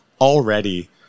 Already